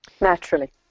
naturally